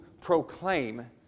proclaim